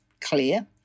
clear